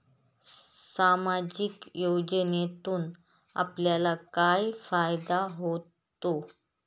सामाजिक योजनेतून आपल्याला काय फायदा होतो?